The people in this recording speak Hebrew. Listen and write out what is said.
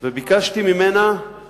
ביקשתי ממנה, את